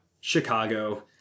Chicago